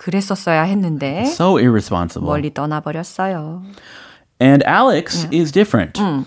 그랬었어야 했는데 So irresponsible. 멀리 떠나버렸어요. And Alex Yeah. is different. 음.